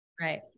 Right